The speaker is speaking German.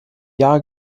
jahr